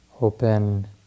open